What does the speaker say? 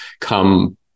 come